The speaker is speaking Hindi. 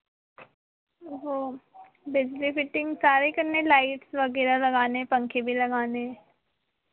वो बिजली फिटिंग सारे करने हैं लाइट्स वगैरह लगाने हैं पंखे भी लगाने हैं